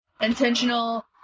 intentional